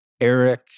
eric